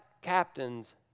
captains